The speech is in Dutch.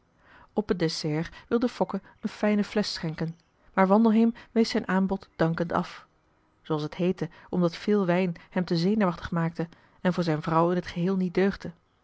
op het dessert wilde fokke een fijne flesch schenken maar wandelheem wees zijn aanbod dankend af zooals t heette omdat veel wijn hem te zenuwachtig maakte en voor zijn vrouw in t geheel niet deugde